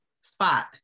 spot